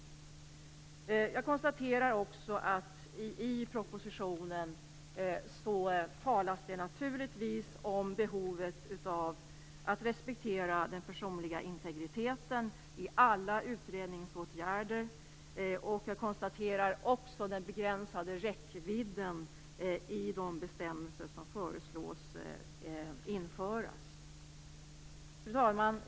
Jag konstaterar att det i propositionen naturligtvis talas om behovet av att respektera den personliga integriteten i alla utredningsåtgärder. Jag konstaterar också den begränsade räckvidden i de bestämmelser som föreslås införas. Fru talman!